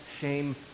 shame